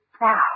Now